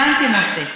הבנתי, מוסי.